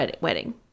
wedding